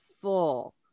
full